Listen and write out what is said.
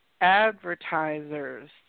advertisers